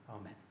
Amen